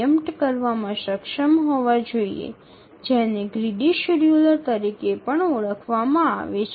এগুলিকে greedy scheduler হিসাবেও ডাকা হয়